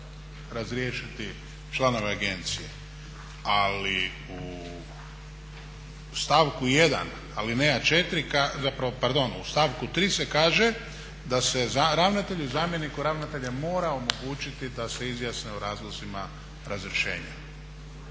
razriješiti članove agencije, ali u stavku 1. alineja 4., zapravo pardon u stavku 3. se kaže da se ravnatelju i zamjeniku ravnatelja mora omogućiti da se izjasne o razlozima razrješenja.